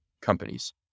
companies